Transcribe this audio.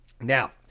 Now